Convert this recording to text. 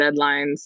deadlines